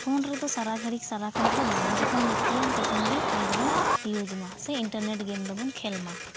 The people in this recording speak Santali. ᱯᱷᱳᱱ ᱨᱮᱫᱚ ᱥᱟᱨᱟ ᱜᱷᱟᱹᱲᱤᱡ ᱥᱟᱨᱟ ᱠᱷᱚᱱᱟᱜ ᱫᱚ ᱵᱟᱝᱼᱟ ᱡᱚᱠᱷᱚᱱ ᱞᱟᱹᱠᱛᱤᱭᱟᱱ ᱛᱚᱠᱷᱚᱱ ᱜᱮ ᱯᱷᱳᱱ ᱫᱚᱵᱚᱱ ᱤᱣᱩᱢᱟ ᱥᱮ ᱤᱱᱴᱟᱨᱱᱮᱴ ᱜᱮᱢ ᱫᱚᱵᱚᱱ ᱠᱷᱮᱞᱢᱟ